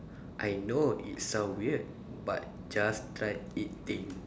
I know it sound weird but just try it thing